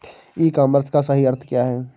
ई commerce का सही अर्थ क्या है?